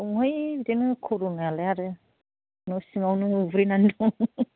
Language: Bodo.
दंहाय बिदिनो कर'नायालाय आरो न' सिंआवनो उब्रेनानै दं